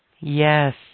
Yes